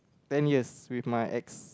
ten years with my ex